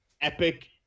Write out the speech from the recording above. Epic